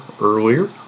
earlier